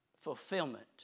Fulfillment